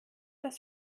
das